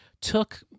took